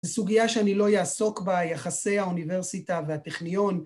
זו סוגיה שאני לא אעסוק ביחסי האוניברסיטה והטכניון